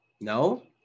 No